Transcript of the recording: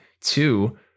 Two